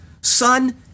son